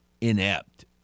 inept